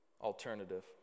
alternative